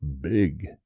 big